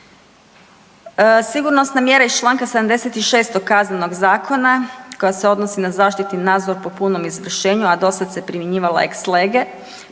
Sigurnosne mjere iz čl. 76. Kaznenog zakona koji se odnosi na zaštitu i nadzor po punom izvršenju, a dosad se primjenjivala ex lege,